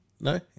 No